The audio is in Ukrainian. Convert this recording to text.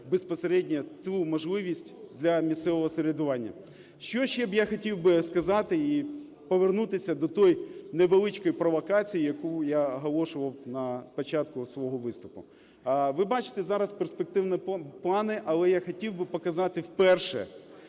безпосередньо ту можливість для місцевого самоврядування. Що ще б я хотів би сказати і повернутися до тої невеличкої провокації, яку я оголошував на початку свого виступу. Ви бачите зараз перспективні плани, але я хотів би показати вперше